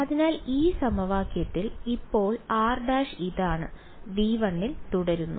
അതിനാൽ ഈ സമവാക്യത്തിൽ ഇപ്പോൾ r′ ഇതാണ് V 1 ൽ തുടരുന്നത്